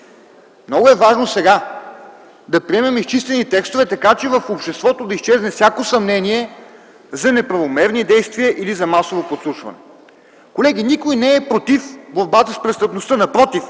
много е важно сега да приемем изчистени текстове така че в обществото да изчезне всяко съмнение за неправомерни действия или за масово подслушване. Колеги, никой не е против борбата с престъпността. Напротив,